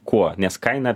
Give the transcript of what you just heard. kuo nes kaina